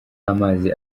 amazi